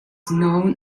known